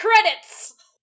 credits